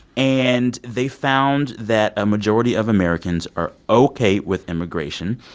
and they found that a majority of americans are ok with immigration.